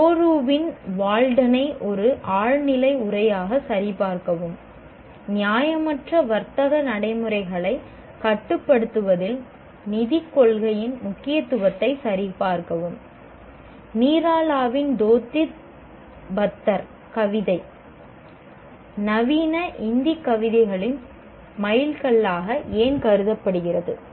தோரூவின் வால்டனை ஒரு ஆழ்நிலை உரையாக சரிபார்க்கவும் நியாயமற்ற வர்த்தக நடைமுறைகளை கட்டுப்படுத்துவதில் நிதிக் கொள்கையின் முக்கியத்துவத்தை சரிபார்க்கவும் நீராலாவின் தோத்தி பத்தர் கவிதை நவீன இந்தி கவிதைகளின் மைல்கல்லாக ஏன் கருதப்படுகிறது